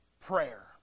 prayer